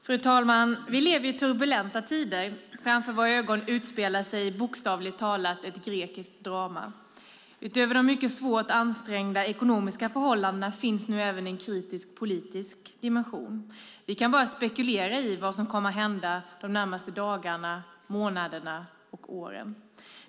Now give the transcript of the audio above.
Fru talman! Vi lever i turbulenta tider. Framför våra ögon utspelar sig, bokstavligt talat, ett grekiskt drama. Utöver de mycket svårt ansträngda ekonomiska förhållandena finns nu även en kritisk politisk dimension. Vi kan bara spekulera i vad som kommer att hända de närmaste dagarna, månaderna och åren.